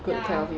ya